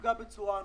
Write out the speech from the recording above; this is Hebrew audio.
נפגע בצורה אנושה.